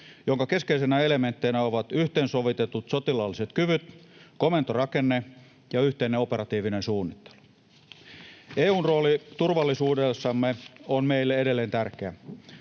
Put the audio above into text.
jonka keskeisinä elementteinä ovat yhteensovitetut sotilaalliset kyvyt, komentorakenne ja yhteinen operatiivinen suunnittelu. EU:n rooli turvallisuudessamme on meille edelleen tärkeä.